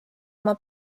oma